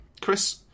Chris